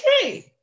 okay